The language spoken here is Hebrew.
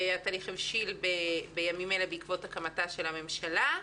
התהליך הבשיל בימים אלו בעקבות הקמת הממשלה.